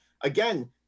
again